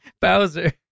Bowser